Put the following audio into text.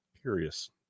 Curious